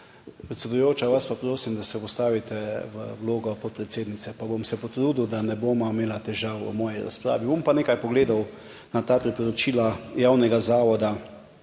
Predsedujoča, vas pa prosim, da se postavite v vlogo podpredsednice pa bom se potrudil, da ne bova imela težav v moji razpravi. Bom pa nekaj pogledov na ta priporočila javnega zavoda